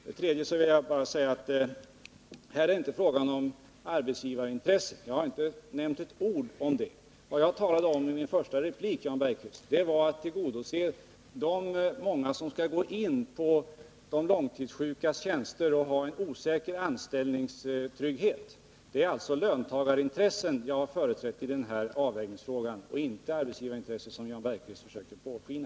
Vidare vill jag säga att det här inte är fråga om något arbetsgivarintresse. Jag har inte nämnt ett ord om det. Vad jag talade om i min första replik, Jan Bergqvist, var hur man skall tillgodose de intressen som företräds av dem som skall gå in på de långtidssjukas tjänster, med en osäker anställningstrygghet. Det är alltså löntagarintressen som jag har företrätt i denna avvägningsfråga, inte arbetsgivarintressen, som Jan Bergqvist försöker påskina.